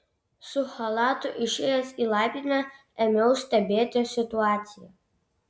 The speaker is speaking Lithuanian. su chalatu išėjęs į laiptinę ėmiau stebėti situaciją